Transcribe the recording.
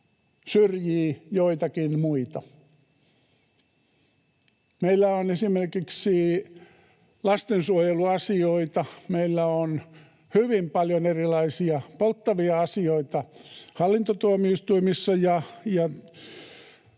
syrjii joitakin muita. Meillä on esimerkiksi lastensuojeluasioita, meillä on hallintotuomio-istuimissa ja